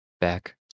back